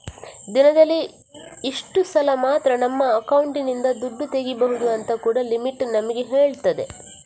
ದಿನದಲ್ಲಿ ಇಷ್ಟು ಸಲ ಮಾತ್ರ ನಮ್ಮ ಅಕೌಂಟಿನಿಂದ ದುಡ್ಡು ತೆಗೀಬಹುದು ಅಂತ ಕೂಡಾ ಲಿಮಿಟ್ ನಮಿಗೆ ಹೇಳ್ತದೆ